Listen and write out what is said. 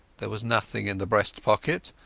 there was nothing in the breast-pocket,